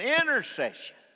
intercession